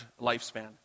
lifespan